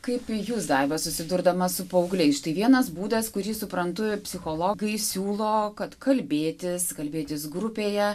kaip jūs daiva susidurdama su paaugliais štai vienas būdas kurį suprantu psichologai siūlo kad kalbėtis kalbėtis grupėje